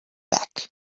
back